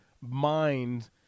mind